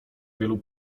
wielu